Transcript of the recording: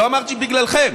לא אמרתי בגללכם,